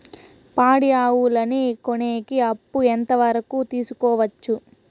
పాడి ఆవులని కొనేకి అప్పు ఎంత వరకు తీసుకోవచ్చు?